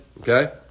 okay